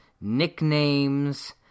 nicknames